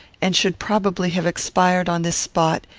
and should probably have expired on this spot,